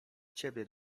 ciebie